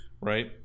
Right